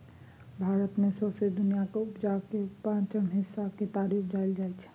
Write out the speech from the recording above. भारत मे सौंसे दुनियाँक उपजाक केर पाँचम हिस्साक केतारी उपजाएल जाइ छै